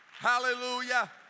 Hallelujah